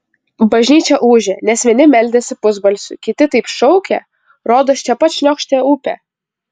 bažnyčia ūžė nes vieni meldėsi pusbalsiu kiti taip šaukė rodos čia pat šniokštė upė